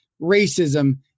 racism